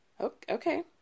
okay